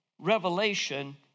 Revelation